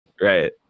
Right